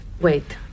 wait